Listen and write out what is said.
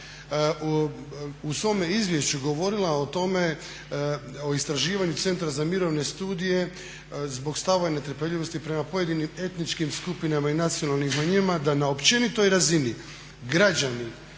u svome izvješću je govorila o tome, o istraživanju Centra za mirovne studije zbog stava netrpeljivosti prema pojedinim etničkim skupinama i nacionalnim manjinama da na općenitoj razini građani